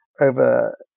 over